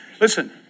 Listen